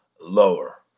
lower